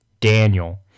Daniel